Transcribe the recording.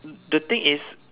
the thing is